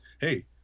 Hey